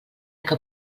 que